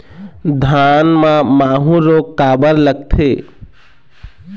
धान म माहू रोग काबर लगथे?